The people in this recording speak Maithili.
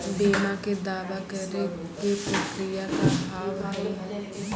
बीमा के दावा करे के प्रक्रिया का हाव हई?